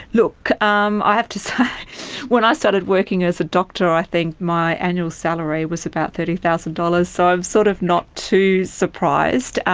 look, um i have to say when i started working as a doctor i think my annual salary was about thirty thousand dollars so i'm sort of not too surprised.